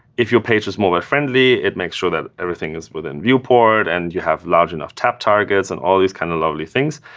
if your page is mobile friendly, it makes sure that everything is within viewport, and you have large enough tap targets and all these kind of lovely things,